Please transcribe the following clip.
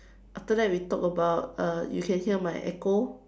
after that we talk about uh you can hear my echo